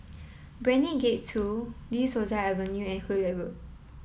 Brani Gate two De Souza Avenue and Hullet Road